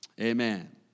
Amen